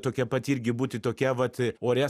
tokia pat irgi būti tokia vat ore